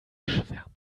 schwärmte